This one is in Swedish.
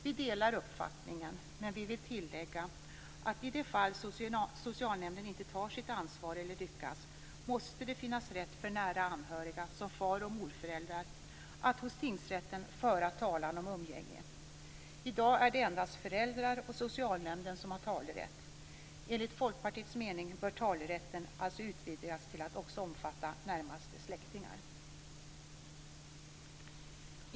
Vi delar uppfattningen men vill tillägga att det måste finnas rätt för nära anhöriga, som far och morföräldrar, att hos tingsrätten föra talan om umgänge i de fall socialnämnden inte tar sitt ansvar eller misslyckas. I dag är det endast föräldrar och socialnämnden som har talerätt. Enligt Folkpartiets mening bör talerätten alltså utvidgas till att också omfatta närmaste släktingar.